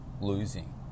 losing